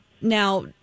Now